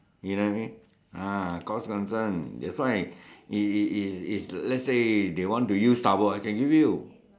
you know what I mean ah cost concern that's why is is is let's say they want to use towel I can give you